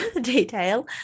detail